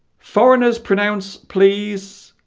foreigners pronounce please